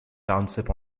township